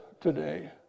today